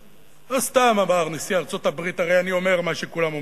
לא סתם אמר נשיא ארצות-הברית: "הרי אני אומר מה שכולם אומרים".